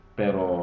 pero